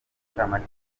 ncamake